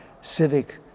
civic